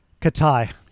Katai